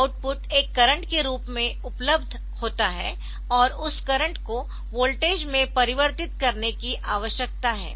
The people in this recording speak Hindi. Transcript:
आउटपुट एक करंट के रूप में उपलब्ध होता है और उस करंट को वोल्टेज में परिवर्तित करने की आवश्यकता है